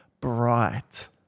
bright